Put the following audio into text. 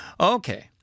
Okay